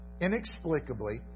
inexplicably